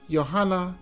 Johanna